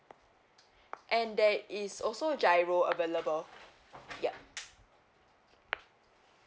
and there is also giro available yeah